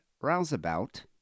rouseabout